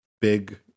big